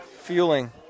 fueling